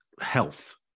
health